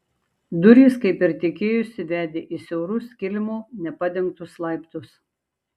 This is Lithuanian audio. durys kaip ir tikėjosi vedė į siaurus kilimu nepadengtus laiptus